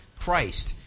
Christ